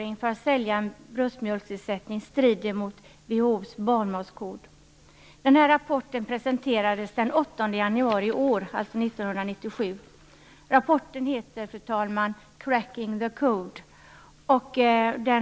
Rapporten presenterades den 8 januari 1997, och den har rubriken Cracking the Code.